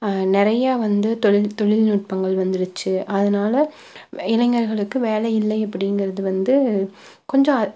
நிறையா வந்து தொழில் தொழில்நுட்பங்கள் வந்துடுச்சு அதனால் இளைஞர்களுக்கு வேலை இல்லை அப்படிங்கிறது வந்து கொஞ்சம்